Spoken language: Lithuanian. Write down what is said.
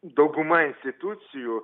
dauguma institucijų